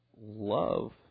love